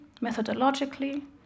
methodologically